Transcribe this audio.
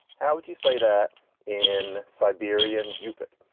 how would you say that in siberia? and you pick.